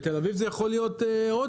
בתל אביב זה יכול להיות הודים,